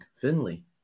Finley